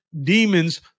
demons